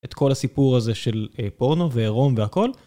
את כל הסיפור הזה של פורנו ועירום והכל.